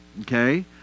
okay